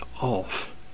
off